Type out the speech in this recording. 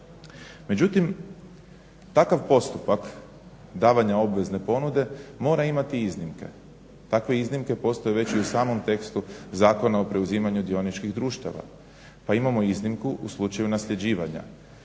Međutim, takav postupak davanja obvezne ponude mora imati iznimke. Takve iznimke postoje već i u samom tekstu Zakona o preuzimanju dioničkih društava, pa imamo iznimku u slučaju nasljeđivanja.